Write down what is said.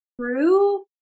true